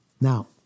Now